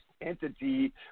entity